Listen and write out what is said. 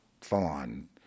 full-on